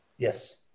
Yes